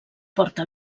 porta